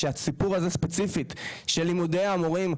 שהסיפור הזה ספציפית של לימודי המורים,